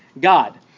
God